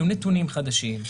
יהיו נתונים חדשים,